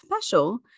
special